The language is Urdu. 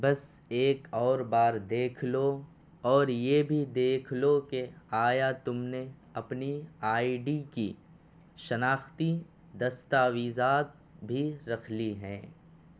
بس ایک اور بار دیکھ لو اور یہ بھی دیکھ لو کہ آیا تم نے اپنی آئی ڈی کی شناختی دستاویزات بھی رکھ لی ہیں